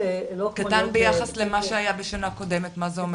קטן ביחס למה שהיה בשנה קודמת, מה זה אומר?